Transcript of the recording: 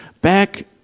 back